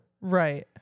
right